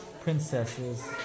Princesses